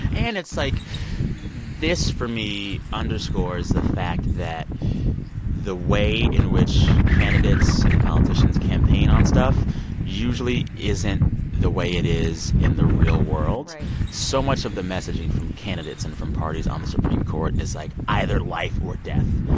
and it's like this, for me, underscores the fact that the way in which candidates and politicians campaign on stuff usually isn't the way it is in the real world right so much of the messaging from candidates and from parties on the supreme court is, like, either life or death,